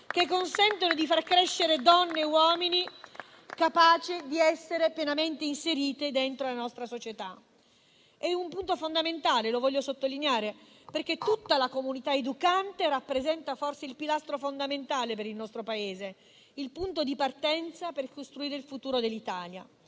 che consentono di far crescere donne e uomini capaci di essere pienamente inseriti dentro la nostra società. È un punto fondamentale - lo voglio sottolineare - perché tutta la comunità educante rappresenta forse il pilastro fondamentale per il nostro Paese, il punto di partenza per costruire il futuro dell'Italia.